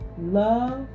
love